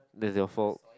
that's your fault